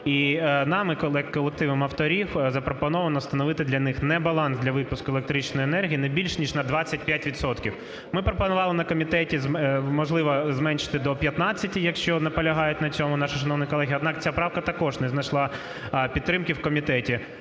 і нами колективом авторів запропоновано встановити для них не баланс для випуску електричної енергії не більше, ніж на 25 відсотків. Ми пропонували на комітеті, можливо, зменшити до 15, якщо наполягають на цьому наші шановні колеги, однак ця правка також не знайшла підтримки в комітеті.